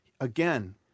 Again